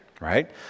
right